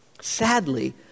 Sadly